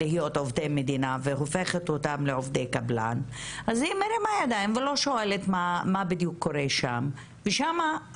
כמה עובדי קבלן עובדים בשביל